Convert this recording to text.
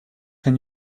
can